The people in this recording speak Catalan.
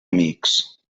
amics